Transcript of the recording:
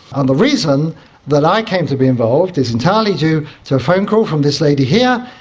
and the reason that i came to be involved is entirely due to a phone call from this lady here,